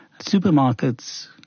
Supermarkets